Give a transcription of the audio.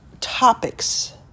topics